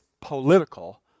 political